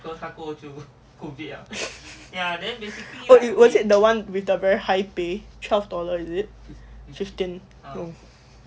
wait was it the one with the very high pay twelve dollars is it